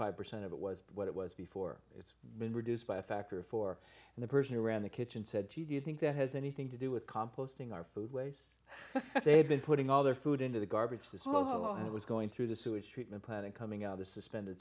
five percent of it was what it was before it's been reduced by a factor of four and the person who ran the kitchen said she do you think that has anything to do with composting our food waste they have been putting all their food into the garbage disposal and it was going through the sewage treatment plant coming out the suspended